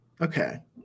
Okay